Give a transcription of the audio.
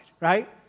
right